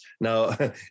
now